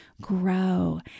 grow